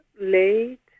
late